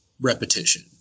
repetition